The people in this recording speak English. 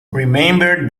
remember